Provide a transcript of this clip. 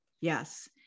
yes